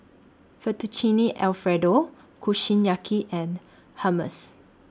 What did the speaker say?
Fettuccine Alfredo Kushiyaki and Hummus